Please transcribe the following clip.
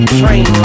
train